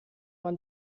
man